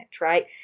right